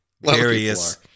various